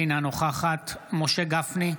אינה נוכחת משה גפני,